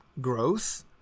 growth